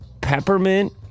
Peppermint